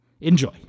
Enjoy